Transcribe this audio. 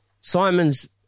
Simon's